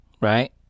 right